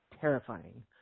terrifying